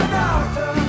doctor